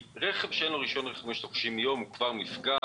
רכב שאין לו רישיון רכב במשך 30 ימים הוא כבר מפגע,